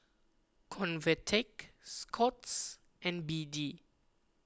Convatec Scott's and B D